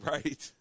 Right